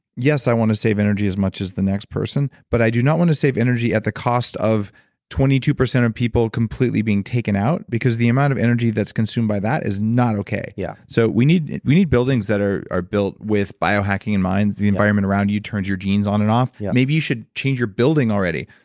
yes, i want to save energy as much as the next person but i do not want to save energy at the cost of twenty two percent of people completely being taken out because the amount of energy that's consumed by that is not okay yeah so we need we need buildings that are are built with biohacking in mind. the environment around you turns your genes on and off. yeah maybe you should change your building already.